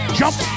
jump